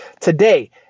today